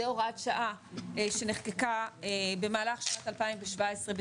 זו הוראת שעה שנחקקה במהלך שנת 2017,